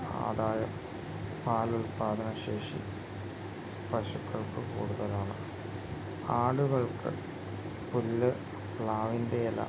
ആദായം പാലുൽപാദനശേഷി പശുക്കൾക്ക് കൂടുതലാണ് ആടുകൾക്ക് പുല്ല് പ്ലാവിൻ്റെ ഇല